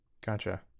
Gotcha